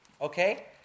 Okay